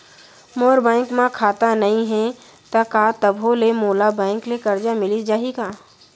मोर bank म खाता नई हे त का तभो ले मोला बैंक ले करजा मिलिस जाही?